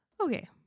Okay